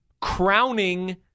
Crowning